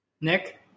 Nick